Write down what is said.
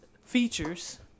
features